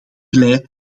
blij